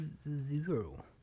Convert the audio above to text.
Zero